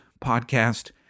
podcast